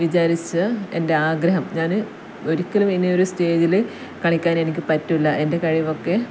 വിചാരിച്ച എൻ്റെ ആഗ്രഹം ഞാൻ ഒരിക്കലും എന്നെ ഒരു സ്റ്റേജിൽ കളിക്കാൻ എനിക്ക് പറ്റില്ല എൻ്റെ കഴിവൊക്കെ